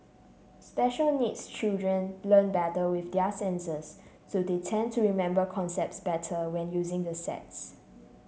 special needs children learn better with their senses so they tend to remember concepts better when using the sets